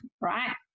right